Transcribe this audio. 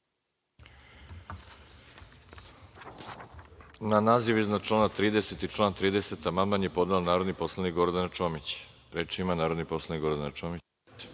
Na naziv iznad člana 30. i član 30. amandman je podnela narodni poslanik Gordana Čomić. Reč ima narodni poslanik Gordana Čomić.